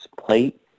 plate